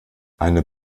eine